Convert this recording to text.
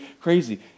crazy